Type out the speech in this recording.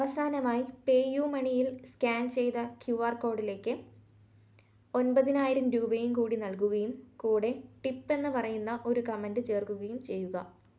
അവസാനമായി പേയുമണിയിൽ സ്കാൻ ചെയ്ത ക്യു ആർ കോഡിലേക്ക് ഒൻപതിനായിരം രൂപയും കൂടി നൽകുകയും കൂടെ ടിപ്പെന്ന് പറയുന്ന ഒരു കമൻ്റ് ചേർക്കുകയും ചെയ്യുക